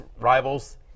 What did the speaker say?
rivals